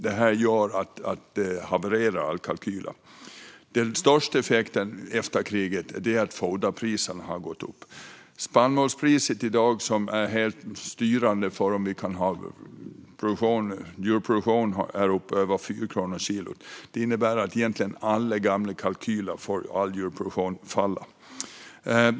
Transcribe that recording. Det här gör att alla kalkyler havererar. Den största effekten som kommit med kriget är att foderpriserna har gått upp. Spannmålspriset, som är helt styrande för om vi kan ha djurproduktion, är nu över 4 kronor kilot. Det innebär att alla gamla kalkyler för all djurproduktion faller.